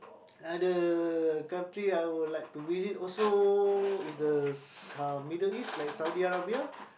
other country I would like to visit also is the uh Middle East like Saudi-Arabia